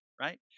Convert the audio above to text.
right